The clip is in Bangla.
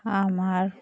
আমার